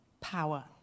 power